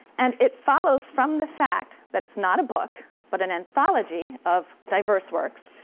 and it follows from the fact that it's not a book but an anthology of diverse works,